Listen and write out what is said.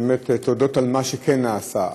באמת תודות על מה שכן נעשה,